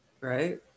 Right